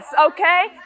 okay